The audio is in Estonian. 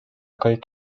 kõik